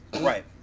Right